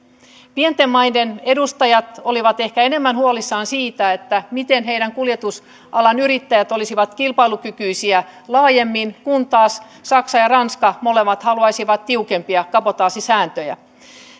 pienten maiden edustajat olivat ehkä enemmän huolissaan siitä miten heidän kuljetusalan yrittäjänsä olisivat kilpailukykyisiä laajemmin kun taas saksa ja ranska molemmat haluaisivat tiukempia kabotaasisääntöjä